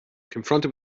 confronted